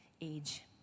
age